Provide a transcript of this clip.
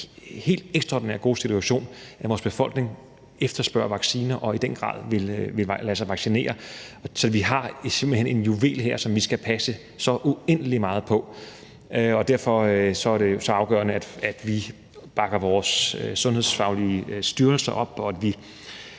helt ekstraordinært gode situation, at befolkningen efterspørger vacciner og i den grad vil lade sig vaccinere. Så vi har her simpelt hen en juvel, som vi skal passe så uendelig meget på, og derfor er det jo så afgørende, at vi bakker vores sundhedsfaglige styrelser op, og at vi